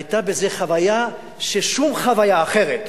היתה בזה חוויה ששום חוויה אחרת